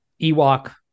Ewok